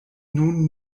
nun